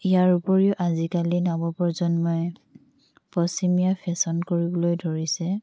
ইয়াৰ উপৰিও আজিকালি নৱপ্ৰজন্মই পশ্চিমীয়া ফেশ্বন কৰিবলৈ ধৰিছে